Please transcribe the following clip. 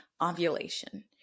ovulation